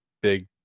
big